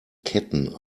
ketten